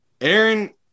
Aaron